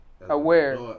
Aware